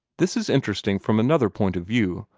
this is interesting from another point of view,